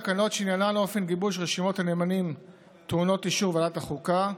התקנות שעניינן אופן גיבוש רשימות הנאמנים טעונות אישור ועדת החוקה.